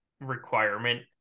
requirement